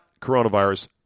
coronavirus